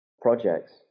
projects